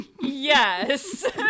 yes